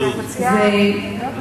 ועדת